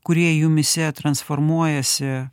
kurie jumyse transformuojasi